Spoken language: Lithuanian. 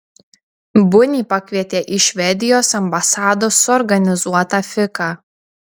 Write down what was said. bunį pakvietė į švedijos ambasados suorganizuotą fiką